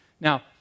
Now